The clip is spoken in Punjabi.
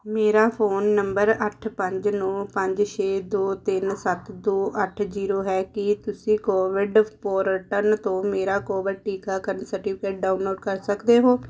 ਮੇਰਾ ਫੋਨ ਨੰਬਰ ਅੱਠ ਪੰਜ ਨੌ ਪੰਜ ਛੇ ਦੋ ਤਿੰਨ ਸੱਤ ਦੋ ਅੱਠ ਜ਼ੀਰੋ ਹੈ ਕੀ ਤੁਸੀਂ ਕੋਵਿਡ ਪੋਰਟਲ ਤੋਂ ਮੇਰਾ ਕੋਵਿਡ ਟੀਕਾਕਰਨ ਸਰਟੀਫਿਕੇਟ ਡਾਊਨਲੋਡ ਕਰ ਸਕਦੇ ਹੋ